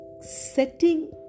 setting